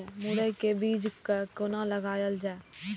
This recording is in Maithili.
मुरे के बीज कै कोना लगायल जाय?